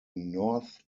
north